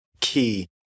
key